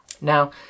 now